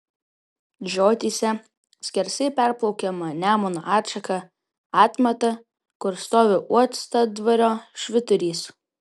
žiotyse skersai perplaukiama nemuno atšaka atmata kur stovi uostadvario švyturys